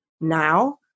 now